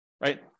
right